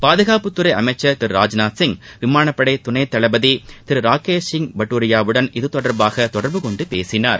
பாதுகாப்புத்துறை அமைச்சர் திரு ராஜ்நாத் சிங் விமானப்படை துணை தளபதி திரு ராக்கேஷ் சிங் பட்டுரியாவுடன் இது தொடர்பாக தொடர்பு கொண்டு பேசினார்